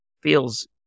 feels